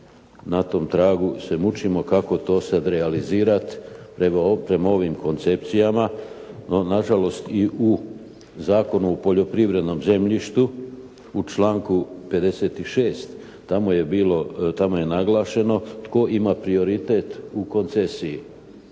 na tom tragu se mučimo kako to sad realizirati prema ovim koncepcijama no nažalost i u Zakonu o poljoprivrednom zemljištu u članku 56. tamo je bilo, tamo je naglašeno tko ima prioritet u koncesiji.